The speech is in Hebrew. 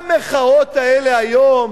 המחאות האלה היום,